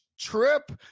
trip